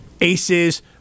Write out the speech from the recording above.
aces